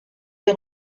des